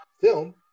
film